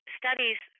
studies